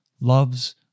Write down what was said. loves